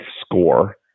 score